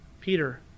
Peter